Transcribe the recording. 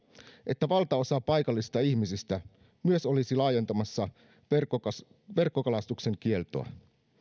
että valtaosa paikallisista ihmisistä myös olisi laajentamassa verkkokalastuksen kieltoa